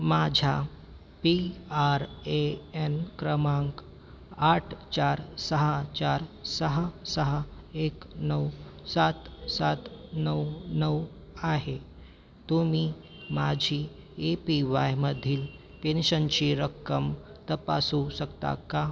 माझ्या P R A N क्रमांक आठ चार सहा चार सहा सहा एक नऊ सात सात नऊ नऊ आहे तुम्ही माझी ए पी वायमधील पेन्शनची रक्कम तपासू शकता का